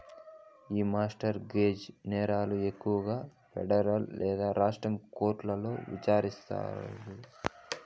ఈ mortgage నేరాలు ఎక్కువగా పెడరల్ లేదా రాష్ట్ర కోర్టుల్ల విచారిస్తాండారు